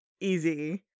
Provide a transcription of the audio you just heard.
easy